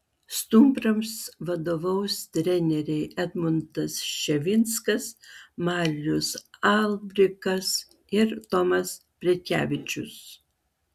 stumbrams vadovaus treneriai edmundas ščiavinskas marius albrikas ir tomas prekevičius